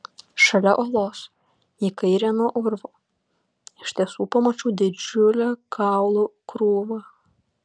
šalia uolos į kairę nuo urvo iš tiesų pamačiau didžiulę kaulų krūvą